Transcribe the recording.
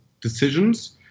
decisions